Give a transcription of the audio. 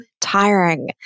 tiring